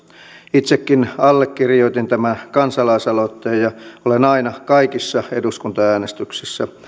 itsekin allekirjoitin tämän kansalaisaloitteen ja olen aina kaikissa eduskuntaäänestyksissä